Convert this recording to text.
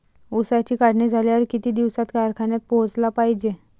ऊसाची काढणी झाल्यावर किती दिवसात कारखान्यात पोहोचला पायजे?